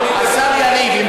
השר יריב,